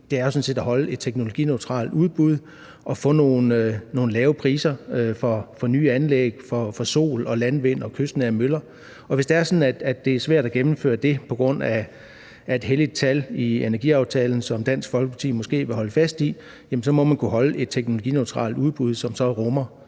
set at holde et teknologineutralt udbud og få nogle lave priser for nye anlæg for energi fra sol, landvind og kystnære møller. Og hvis det er sådan, at det er svært at gennemføre det på grund af et helligt tal i energiaftalen, som Dansk Folkeparti måske vil holde fast i, må man kunne holde et teknologineutralt udbud, som så rummer